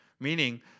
meaning